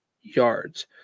yards